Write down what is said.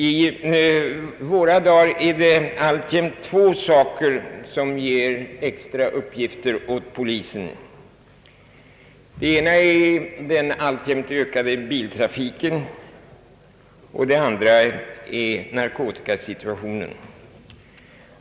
I våra dagar är det två ting som ger extra uppgifter åt polisen. Det ena är den alltjämt ökande biltrafiken, det andra är narkotikasituationen.